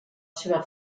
seva